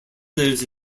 lives